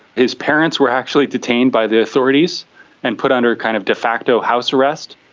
his parents were actually detained by the authorities and put under kind of de facto house arrest.